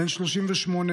בן 38,